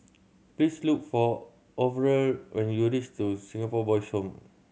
please look for Orval when you reach to Singapore Boys' Home